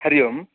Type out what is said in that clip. हरिः ओम्